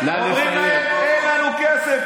אומרים להם: אין לנו כסף,